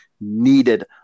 needed